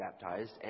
baptized